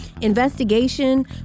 investigation